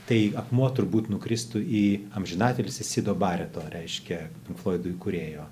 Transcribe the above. tai akmuo turbūt nukristų į amžinatilsį sido bareto reiškia floidų kūrėjo